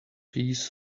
peas